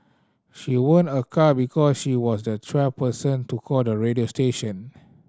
she won a car because she was the twelfth person to call the radio station